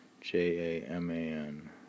J-A-M-A-N